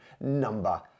number